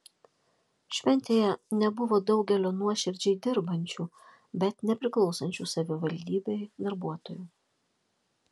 šventėje nebuvo daugelio nuoširdžiai dirbančių bet nepriklausančių savivaldybei darbuotojų